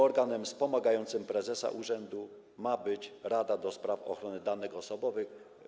Organem wspomagającym prezesa urzędu ma być Rada do Spraw Ochrony Danych Osobowych.